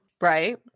Right